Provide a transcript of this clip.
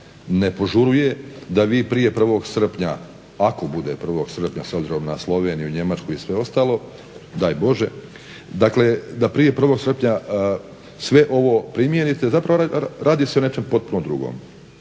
ne požuruje da vi prije 1.srpnja, ako bude 1.srpnja s obzirom na Sloveniju, Njemačku i sve ostalo, daj Bože, dakle da prije 1.srpnja sve ovo primijenite. Zapravo radi se o nečem potpuno drugom.